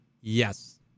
Yes